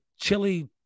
chili